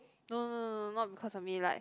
no no no no not because of me like